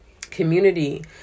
community